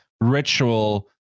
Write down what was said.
ritual